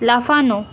লাফানো